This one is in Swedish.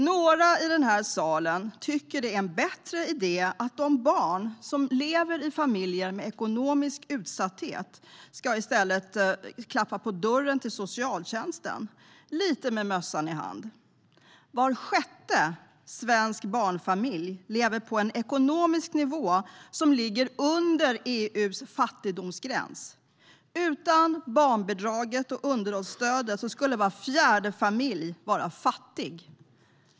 Några i denna sal tycker att det är en bättre idé att de barn som lever i ekonomiskt utsatta familjer i stället ska knacka på dörren till socialtjänsten, lite med mössan i hand. Var sjätte svensk barnfamilj lever på en ekonomisk nivå som ligger under EU:s fattigdomsgräns. Utan barnbidraget och underhållsstödet skulle var fjärde familj vara fattig.